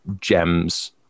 gems